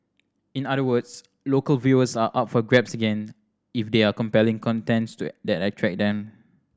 in other words local viewers are up for grabs again if there are compelling content to attract them